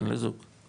כן לזוג.